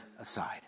aside